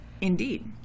Indeed